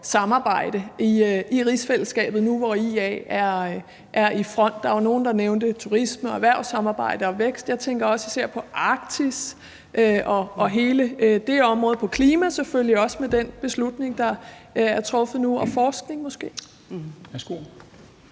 samarbejdet i rigsfællesskabet nu, hvor IA er i front. Der var nogle, der nævnte turisme, erhvervssamarbejde og vækst, men jeg tænker især også på Arktis og hele det område, og selvfølgelig også på klimaområdet med tanke på den beslutning, der er truffet nu, og måske